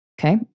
Okay